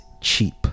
cheap